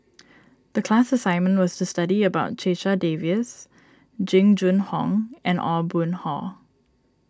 the class assignment was to study about Checha Davies Jing Jun Hong and Aw Boon Haw